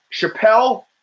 Chappelle